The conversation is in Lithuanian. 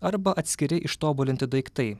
arba atskiri ištobulinti daiktai